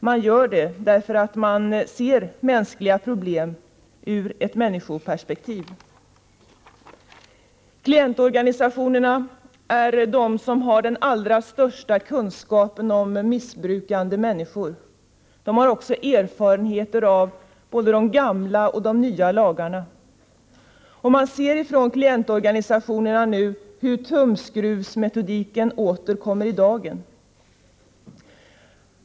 De gör det för att de ser mänskliga problem ur ett människoperspektiv. Klientorganisationerna är de som har den allra största kunskapen om missbrukande människor. De har också erfarenheter av både de gamla och de nya lagarna. Klientorganisationerna ser nu hur tumskruvsmetodiken åter kommer i dagen.